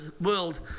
world